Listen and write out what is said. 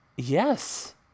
yes